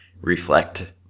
reflect